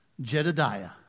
Jedediah